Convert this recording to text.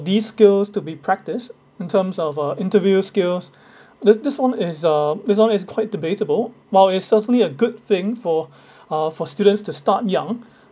these skills to be practised in terms of uh interview skills this this one is uh this one is quite debatable while it's certainly a good thing for uh for students to start young